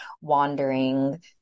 wandering